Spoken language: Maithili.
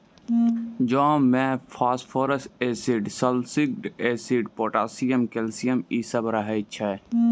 जौ मे phosphorus acid, salicylic acid, potassium, calcium इ सभ रहै छै